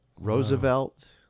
Roosevelt